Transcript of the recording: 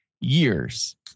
years